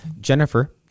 Jennifer